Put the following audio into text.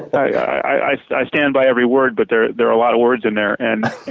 i i stand by every word but there there are a lot of words in there. and